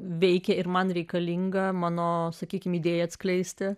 veikia ir man reikalinga mano sakykime idėjai atskleisti